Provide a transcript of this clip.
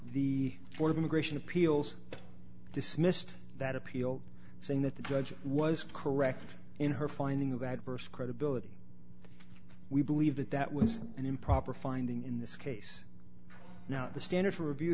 immigration appeals dismissed that appeal saying that the judge was correct in her finding of adverse credibility we believe that that was an improper finding in this case now the standard for review